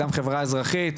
גם חברה אזרחית,